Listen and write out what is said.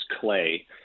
clay